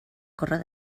córrer